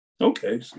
Okay